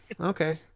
okay